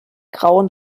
grauen